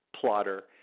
plotter